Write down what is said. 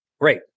Great